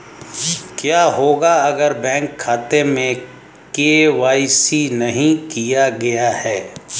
क्या होगा अगर बैंक खाते में के.वाई.सी नहीं किया गया है?